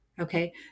Okay